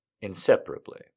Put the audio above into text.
inseparably